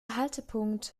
haltepunkt